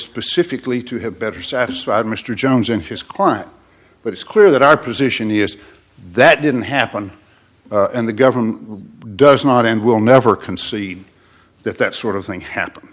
specifically to have better satisfied mr jones and his client but it's clear that our position is that didn't happen and the government does not and will never concede that that sort of thing happened